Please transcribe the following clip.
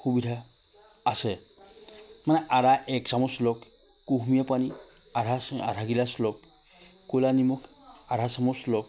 সুবিধা আছে মানে আদা এক চামুচ লওক কুহুমীয়া পানী আধা আধা গিলাচ লওক ক'লা নিমখ আধা চামুচ লওক